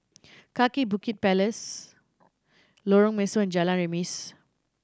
Kaki Bukit Palace Lorong Mesu and Jalan Remis